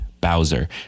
Bowser